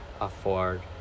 afford